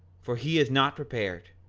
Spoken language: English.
for he is not prepared,